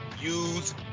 use